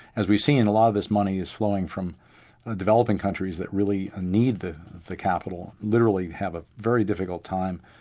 as we've seen, a lot of this money is flowing from ah developing countries that really ah need the the capital literally have a very difficult time,